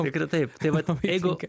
tikrai taip tai vat jeigu